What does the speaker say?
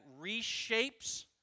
reshapes